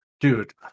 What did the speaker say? Dude